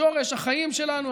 שורש החיים שלנו,